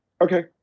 Okay